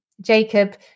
Jacob